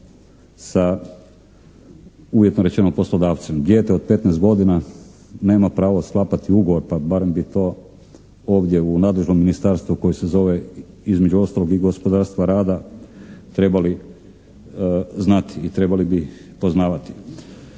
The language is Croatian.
sa uvjetno rečeno poslodavcem. Dijete od 15 godina nema pravo sklapati ugovor pa barem bi to ovdje u nadležnom ministarstvu koje se zove između ostalog i gospodarstva rada trebali znati i trebali bi poznavati.